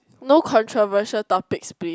no controversial topics please